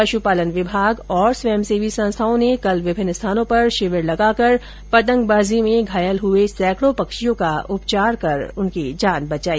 पशुपालन विभाग और स्वयंसेवी संस्थाओं ने कल विभिन्न स्थानों पर शिविर लगाकर पतंगबाजी में घायल हुए सैकड़ों पक्षियों का उपचार कर जान बचाई